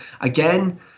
again